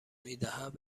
میدهد